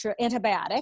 antibiotic